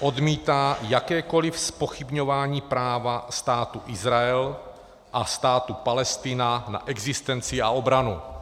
Odmítá jakékoli zpochybňování práva Státu Izrael a státu Palestina na existenci a obranu.